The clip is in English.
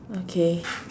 okay